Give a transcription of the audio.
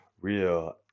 real